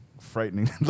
frightening